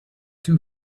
too